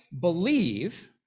believe